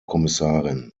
kommissarin